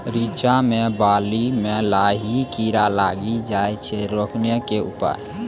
रिचा मे बाली मैं लाही कीड़ा लागी जाए छै रोकने के उपाय?